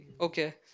okay